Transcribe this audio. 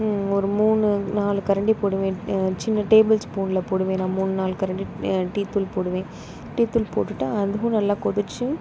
ஒரு மூணு நாலு கரண்டி போடுவேன் சின்ன டேபுள்ஸ்பூனில் போடுவேன் நான் மூணு நாலு கரண்டி டீ தூள் போடுவேன் டீ தூள் போட்டுவிட்டா அதுவும் நல்லா கொதிச்சு